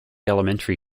elementary